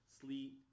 sleet